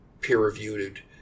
peer-reviewed